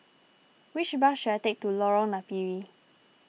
which bus should I take to Lorong Napiri